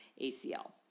ACL